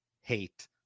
hate